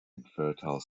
infertile